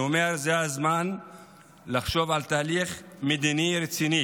אני אומר: זה הזמן לחשוב על תהליך מדיני רציני